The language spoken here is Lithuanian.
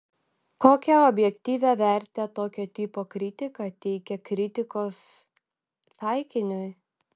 kokią objektyvią vertę tokio tipo kritika teikia kritikos taikiniui